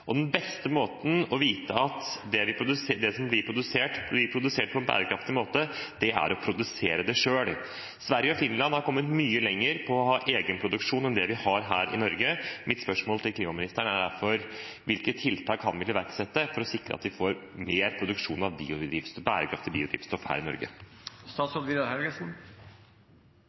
Den beste måten å vite at det som blir produsert, blir produsert på en bærekraftig måte, er å produsere det selv. Sverige og Finland har kommet mye lenger i å ha egen produksjon enn det vi har her i Norge. Mitt spørsmål til klimaministeren er derfor: Hvilke tiltak vil statsråden iverksette for å sikre at vi får mer produksjon av bærekraftig biodrivstoff her i Norge?